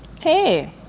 hey